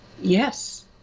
Yes